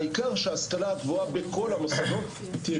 העיקר שההשכלה הגבוהה בכל המוסדות תהיה